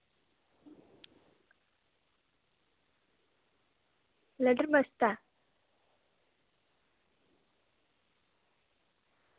लडरमस्त ऐ